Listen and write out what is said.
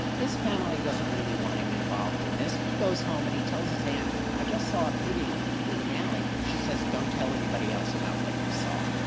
his family doesn't really want him involved in this. he goes home and he tells his aunt i just saw a beating in the alley. she says don't tell anybody else about what you saw.